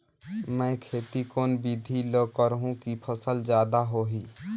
मै खेती कोन बिधी ल करहु कि फसल जादा होही